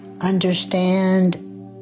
understand